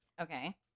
Okay